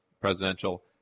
presidential